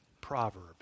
proverb